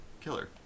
killer